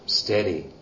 steady